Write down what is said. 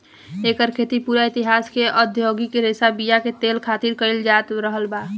एकर खेती पूरा इतिहास में औधोगिक रेशा बीया के तेल खातिर कईल जात रहल बा